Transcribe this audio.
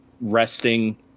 resting